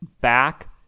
back